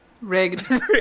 Rigged